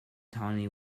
tawny